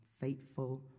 faithful